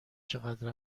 چقدر